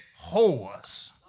whores